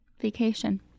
vacation